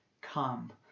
come